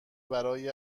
برای